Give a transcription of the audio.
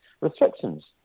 restrictions